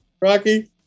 Rocky